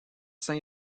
saint